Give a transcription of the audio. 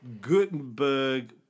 Gutenberg